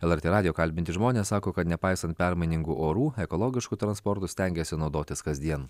lrt radijo kalbinti žmonės sako kad nepaisant permainingų orų ekologišku transportu stengiasi naudotis kasdien